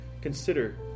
consider